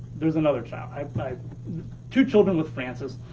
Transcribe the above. there's another child. like two children with francis.